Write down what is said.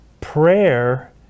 Prayer